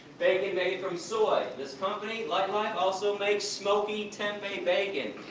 bacon made from soy. this company, lightlife, also makes smoky tempeh bacon.